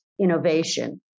innovation